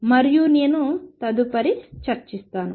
మరియు నేను తదుపరి చర్చిస్తాను